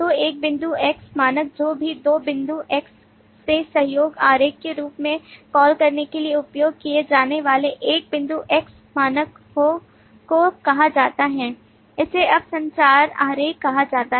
तो एक बिंदु x मानक जो भी 2 बिंदु x से सहयोग आरेख के रूप में कॉल करने के लिए उपयोग किए जाने वाले एक बिंदु x मानक को कहा जाता है इसे अब संचार आरेख कहा जाता है